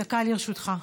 דקה לרשותך.